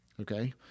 okay